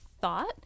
thought